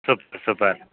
soup super